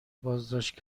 بازداشت